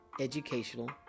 educational